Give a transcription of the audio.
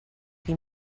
que